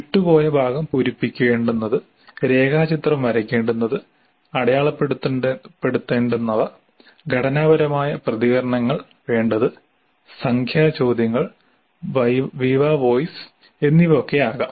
വിട്ടുപോയ ഭാഗം പൂരിപ്പിക്കേണ്ടുന്നത് രേഖാചിത്രം വരക്കേണ്ടുന്നത്അടയാളപ്പെടുത്തേണ്ടുന്നവ ഘടനാപരമായ പ്രതികരണങ്ങൾ വേണ്ടത് സംഖ്യാ ചോദ്യങ്ങൾ വിവ വോസ് എന്നിവ ഒക്കെ ആകാം